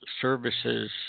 services